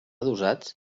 adossats